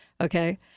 okay